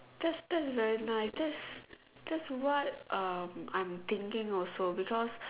that that's very nice that's that's what um I'm thinking also because